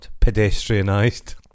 Pedestrianised